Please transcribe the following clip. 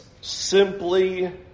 simply